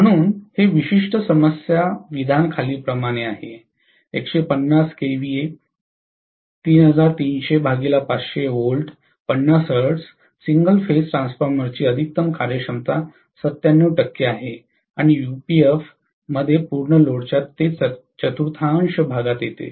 म्हणून हे विशिष्ट समस्या विधान खालीलप्रमाणे आहेः 150 kVA 3300500 V 50 Hz single phase ट्रान्सफॉर्मरची अधिकतम कार्यक्षमता 97 आहे आणि यूपीएफ मध्ये पूर्ण लोडच्या चतुर्थांश भागात येते